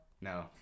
No